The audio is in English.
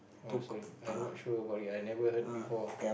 oh I'm sorry I'm not sure about it I never heard before